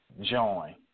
join